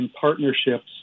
partnerships